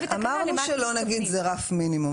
אמרנו שזה לא נגיד שזה רף מינימום,